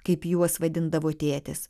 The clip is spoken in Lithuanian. kaip juos vadindavo tėtis